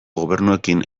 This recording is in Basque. gobernuekin